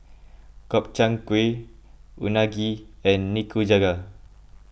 Gobchang Gui Unagi and Nikujaga